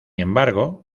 embargo